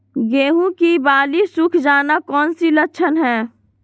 गेंहू की बाली सुख जाना कौन सी लक्षण है?